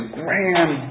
grand